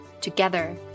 together